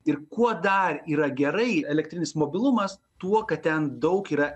ir kuo dar yra gerai elektrinis mobilumas tuo kad ten daug yra